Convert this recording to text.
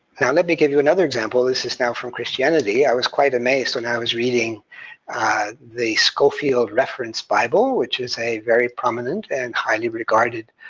now let me give you another example. this is now from christianity. i was quite amazed when i was reading the scofield reference bible, which is a very prominent, and highly regarded